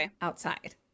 outside